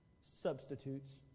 Substitutes